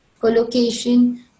Collocation